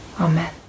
Amen